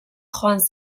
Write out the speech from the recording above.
joan